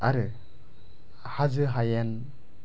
आरो हाजो हायेन